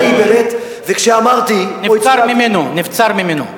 נבצר ממנו.